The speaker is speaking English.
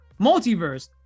Multiverse